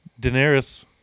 Daenerys